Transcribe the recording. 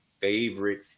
favorite